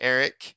Eric